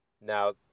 now